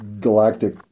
galactic